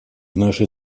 нашей